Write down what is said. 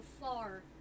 far